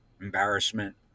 Embarrassment